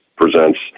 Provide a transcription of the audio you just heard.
presents